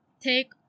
Take